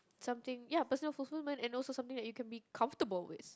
something ya personal fulfilment and also something that you can be comfortable with